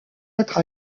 être